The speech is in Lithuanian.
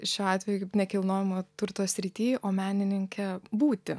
šiuo atveju nekilnojamo turto srity o menininke būti